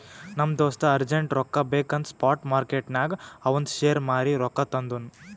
ನಮ್ ದೋಸ್ತ ಅರ್ಜೆಂಟ್ ರೊಕ್ಕಾ ಬೇಕ್ ಅಂತ್ ಸ್ಪಾಟ್ ಮಾರ್ಕೆಟ್ನಾಗ್ ಅವಂದ್ ಶೇರ್ ಮಾರೀ ರೊಕ್ಕಾ ತಂದುನ್